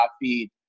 feed